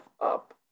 up